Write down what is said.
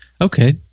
Okay